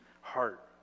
heart